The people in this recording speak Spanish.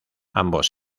ambos